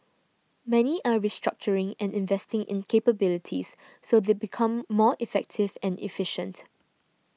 many are restructuring and investing in capabilities so they become more effective and efficient